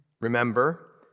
remember